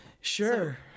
Sure